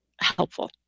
helpful